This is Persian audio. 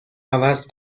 عوض